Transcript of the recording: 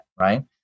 right